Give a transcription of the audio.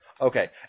Okay